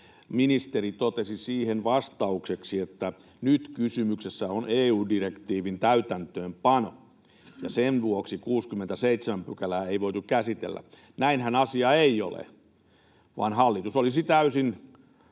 ministeri totesi siihen vastaukseksi, että nyt kysymyksessä on EU-direktiivin täytäntöönpano ja sen vuoksi 67 §:ää ei voitu käsitellä, niin sanon, että näinhän asia ei ole, vaan hallitus olisi voinut